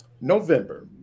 November